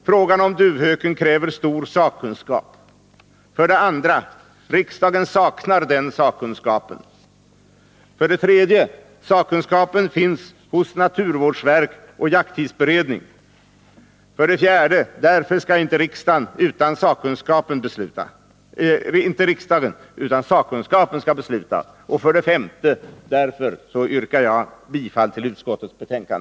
Frågan om duvhöken kräver stor sakkunskap. 2. Riksdagen saknar den sakkunskapen. 3. Sakkunskapen finns hos naturvårdsverk och jakttidsberedning. 4. Därför skall inte riksdagen utan sakkunskapen besluta. Därför yrkar jag bifall till utskottets hemställan.